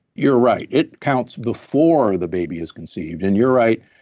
you're right, it counts before the baby is conceived. and you're right,